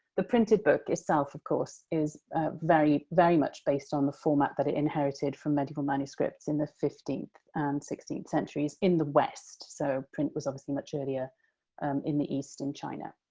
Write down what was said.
the printed book itself, of course, is very, very much based on the format that it inherited from medieval manuscripts in the fifteenth sixteenth centuries in the west. so, print was obviously much earlier um in the east, in china.